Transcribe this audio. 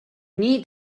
need